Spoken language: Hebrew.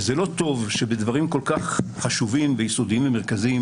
וזה לא טוב שבדברים כל כך חשובים ויסודיים ומרכזיים